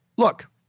Look